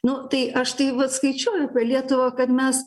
nu tai aš tai vat skaičiuoju apie lietuvą kad mes